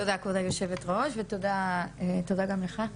תודה כבוד היושבת-ראש ותודה גם לך.